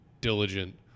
diligent